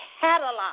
catalog